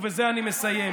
ובזה אני מסיים,